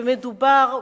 ומדובר,